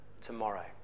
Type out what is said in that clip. tomorrow